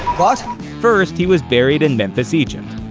what? first, he was buried in memphis, egypt.